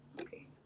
okay